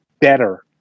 better